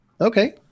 Okay